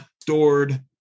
stored